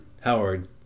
Howard